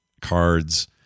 cards